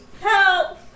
Help